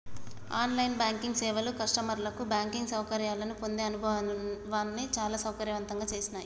on line banking సేవలు కస్టమర్లకు banking సౌకర్యాలను పొందే అనుభవాన్ని చాలా సౌకర్యవంతంగా చేసినాయ్